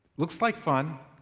looks like fun,